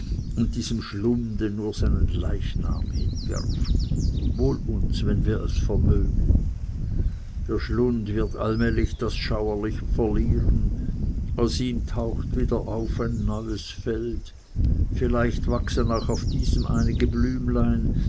und diesem schlunde nur seinen leichnam hinwirft wohl uns wenn wir es vermögen der schlund wird allmählich das schauerliche verlieren aus ihm taucht wieder auf ein neues feld vielleicht wachsen auch auf diesem einige blümlein